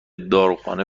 داروخانه